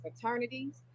fraternities